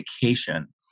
vacation